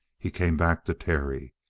he came back to terry.